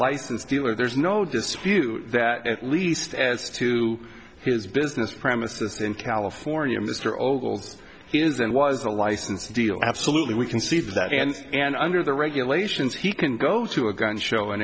license dealer there's no dispute that at least as to his business premises in california mr ogles he is and was a license deal absolutely we can see that and and under the regulations he can go to a gun show in